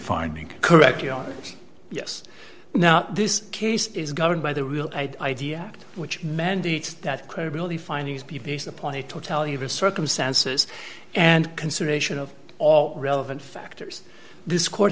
finding correct yes now this case is governed by the real idea act which mandates that credibility findings be based upon a totality of circumstances and consideration of all relevant factors this court